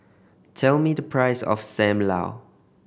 tell me the price of Sam Lau